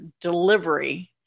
delivery